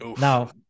Now